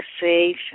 safe